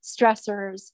stressors